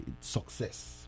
success